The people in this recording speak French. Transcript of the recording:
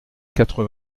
quatre